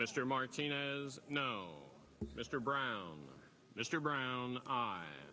mr martinez no mr brown mr brown